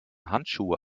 handschuhe